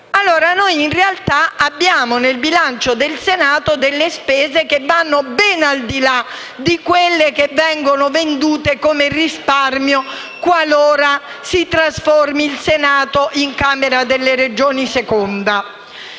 Noi in realtà abbiamo nel bilancio del Senato delle spese che vanno ben al di là di quelle che vengono vendute come risparmio, qualora si trasformi il Senato in "Camera delle Regioni II".